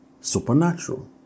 supernatural